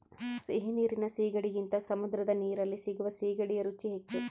ಸಿಹಿ ನೀರಿನ ಸೀಗಡಿಗಿಂತ ಸಮುದ್ರದ ನೀರಲ್ಲಿ ಸಿಗುವ ಸೀಗಡಿಯ ರುಚಿ ಹೆಚ್ಚು